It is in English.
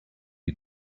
you